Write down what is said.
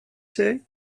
say